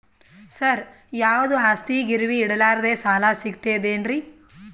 ಸರ, ಯಾವುದು ಆಸ್ತಿ ಗಿರವಿ ಇಡಲಾರದೆ ಸಾಲಾ ಸಿಗ್ತದೇನ್ರಿ?